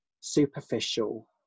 superficial